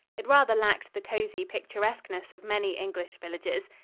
it rather lacked the cozy picturesqueness of many english villages.